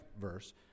verse